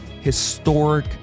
historic